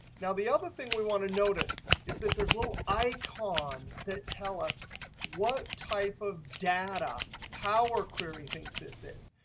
now, the other thing we want to notice is that there's little icons that tell us what type of data power query thinks this is.